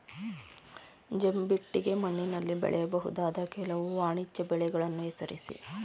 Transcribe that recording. ಜಂಬಿಟ್ಟಿಗೆ ಮಣ್ಣಿನಲ್ಲಿ ಬೆಳೆಯಬಹುದಾದ ಕೆಲವು ವಾಣಿಜ್ಯ ಬೆಳೆಗಳನ್ನು ಹೆಸರಿಸಿ?